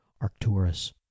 Arcturus